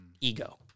Ego